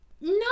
no